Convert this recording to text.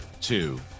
two